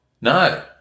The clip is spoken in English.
no